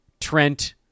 trent